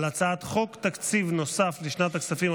השר גנץ?